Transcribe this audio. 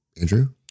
Andrew